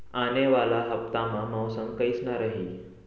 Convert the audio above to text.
आने वाला हफ्ता मा मौसम कइसना रही?